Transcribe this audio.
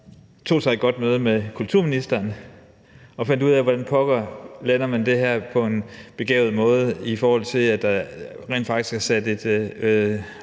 tog et godt møde med kulturministeren og fandt ud af, hvordan pokker man lander det her på en begavet måde, i forhold til at der rent faktisk er sat et